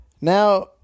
now